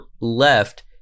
left